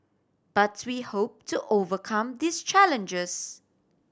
but we hope to overcome these challenges